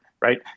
right